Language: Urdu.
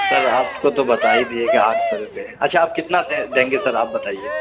سر آپ کو تو بتا ہی دیے کہ آٹھ سو روپئے اچھا آپ کتنا دیں گے سر آپ بتائیے